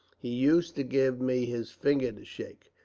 he used to give me his finger to shake,